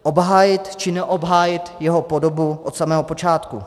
Obhájit či neobhájit jeho podobu od samého počátku.